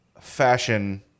Fashion